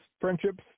friendships